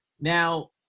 Now